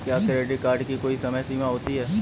क्या credit card की कोई समय सीमा होती है?